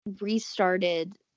restarted